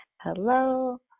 Hello